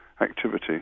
activity